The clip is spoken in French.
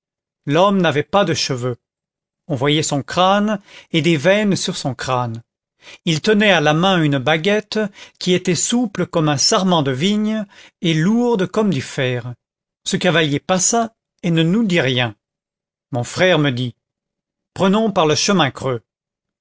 l'homme n'avait pas de cheveux on voyait son crâne et des veines sur son crâne il tenait à la main une baguette qui était souple comme un sarment de vigne et lourde comme du fer ce cavalier passa et ne nous dit rien mon frère me dit prenons par le chemin creux